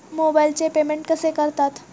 मोबाइलचे पेमेंट कसे करतात?